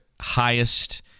highest